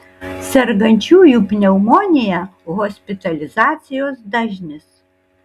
sergančiųjų pneumonija hospitalizacijos dažnis